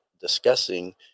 discussing